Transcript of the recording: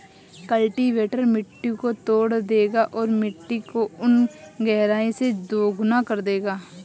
cultivator मिट्टी को तोड़ देगा और मिट्टी को उन गहराई से दोगुना कर देगा